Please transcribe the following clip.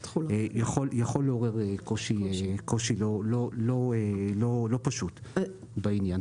יכול לעורר קושי לא פשוט בעניין.